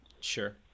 Sure